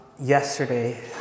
yesterday